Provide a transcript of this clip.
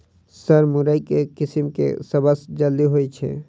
Sir मुरई केँ किसिम केँ सबसँ जल्दी होइ छै?